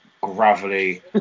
gravelly